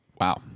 Wow